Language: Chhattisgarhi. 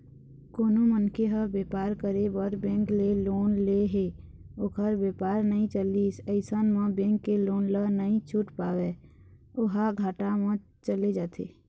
कोनो मनखे ह बेपार करे बर बेंक ले लोन ले हे ओखर बेपार नइ चलिस अइसन म बेंक के लोन ल नइ छूट पावय ओहा घाटा म चले जाथे